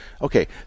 Okay